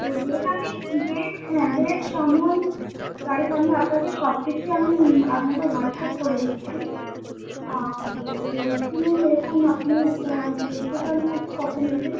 তো ডেট আমি ডেট হ্যাঁ ডেট সময় তারিখ আমি আপনাকে সব কিছুই আমি আপনাকে হোয়াটসঅ্যাপ করে দিচ্ছি আর বলছিলাম এরকম আপনি একটা স্টেজ প্রোগ্রাম করতে কত নেবেন